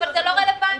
לא רלוונטי.